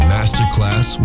Masterclass